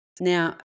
Now